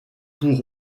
pour